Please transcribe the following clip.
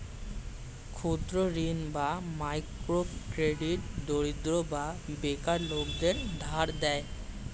ক্ষুদ্র ঋণ বা মাইক্রো ক্রেডিট দরিদ্র বা বেকার লোকদের ধার দেয়